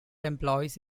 employees